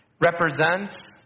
represents